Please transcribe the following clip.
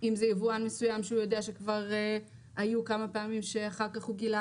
אם זה יבואן מסוים שהוא יודע שכבר היו כמה פעמים שאחר-כך הוא גילה